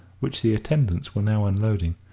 which the attendants were now unloading.